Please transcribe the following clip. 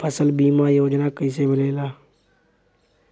फसल बीमा योजना कैसे मिलेला?